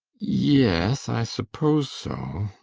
yes, i suppose so,